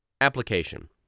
Application